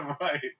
Right